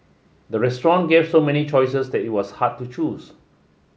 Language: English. the restaurant gave so many choices that it was hard to choose